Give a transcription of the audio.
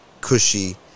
cushy